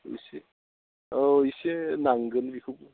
इसे औ इसे नांगोन बेखौबो